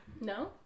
No